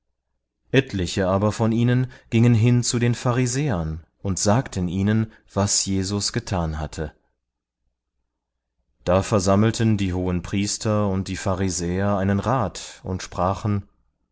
etliche aber von ihnen gingen hin zu den pharisäern und sagten ihnen was jesus getan hatte da versammelten die hohenpriester und die pharisäer einen rat und sprachen